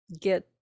get